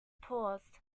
paused